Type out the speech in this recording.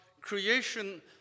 creation